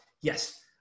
Yes